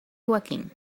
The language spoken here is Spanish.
joaquín